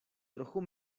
trochu